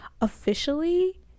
officially